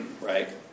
right